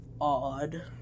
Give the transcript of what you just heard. odd